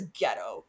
ghetto